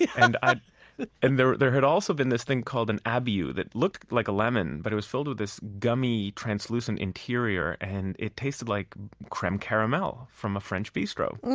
yeah and ah and there there had also been this thing called an abiu that looked like a lemon but was filled with this gummy, translucent interior. and it tasted like creme caramel from a french bistro.